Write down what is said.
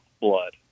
blood